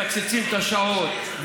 מקצצים את השעות,